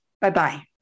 Bye-bye